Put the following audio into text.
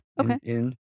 Okay